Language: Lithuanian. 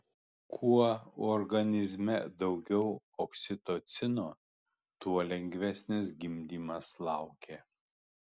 kuo organizme daugiau oksitocino tuo lengvesnis gimdymas laukia